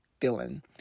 feeling